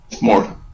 More